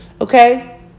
Okay